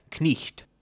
knicht